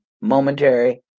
Momentary